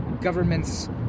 governments